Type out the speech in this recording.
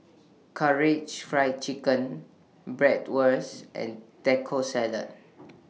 Karaage Fried Chicken Bratwurst and Taco Salad